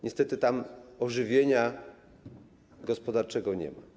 Niestety tam ożywienia gospodarczego nie ma.